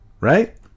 Right